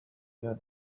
على